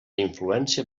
influència